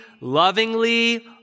lovingly